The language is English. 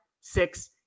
six